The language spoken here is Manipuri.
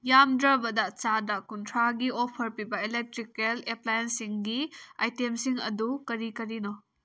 ꯌꯥꯝꯗ꯭ꯔꯕꯗ ꯆꯥꯗ ꯀꯨꯟꯊ꯭ꯔꯥꯒꯤ ꯑꯣꯐꯔ ꯄꯤꯕ ꯑꯦꯂꯦꯇ꯭ꯔꯤꯀꯦꯜ ꯑꯦꯄ꯭ꯂꯥꯌꯦꯟꯟꯁꯁꯤꯡꯒꯤ ꯑꯥꯏꯇꯦꯝꯁꯤꯡ ꯑꯗꯨ ꯀꯔꯤ ꯀꯔꯤꯅꯣ